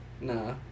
Nah